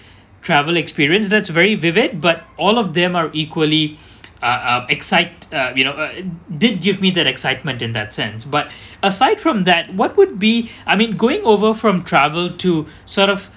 travel experience that's very vivid but all of them are equally uh uh excite uh you know uh did give me that excitement in that sense but aside from that what would be I mean going over from travel to sort of